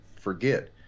forget